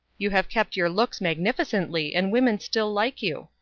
you have kept your looks magnificently, and women still like you.